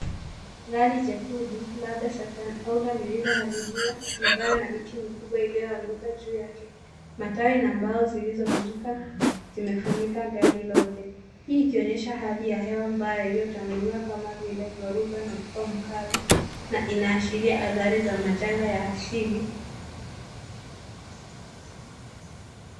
Gari jekundu labda Saturn Aura lililoharibiwa vibaya na miti mikubwa iliyoanguka juu yake. Matawi na mbao zilizovunjika zimefunika gari lote. Hii ikionyesha hali ya hewa mbaya iliyotangulia kama vile dhoruba na upepo mkali na inaashiria athari za majanga ya asili.